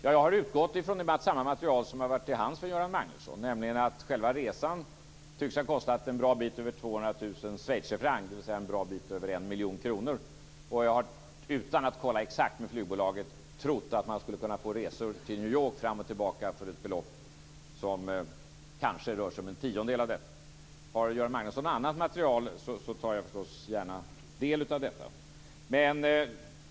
Jag har utgått från samma material som har varit till hands för Göran Magnusson, nämligen att själva resan tycks ha kostat en bra bit över 200 000 SFR, dvs. en bra bit över 1 miljon kronor. Utan att ha kollat exakt med flygbolaget har jag trott att man skulle kunna få resor till New York fram och tillbaka för ett belopp som kanske rör sig om en tiondel av detta. Har Göran Magnusson något annat material så tar jag förstås gärna del av detta.